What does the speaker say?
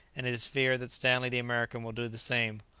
and it is feared that stanley the american will do the same.